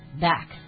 back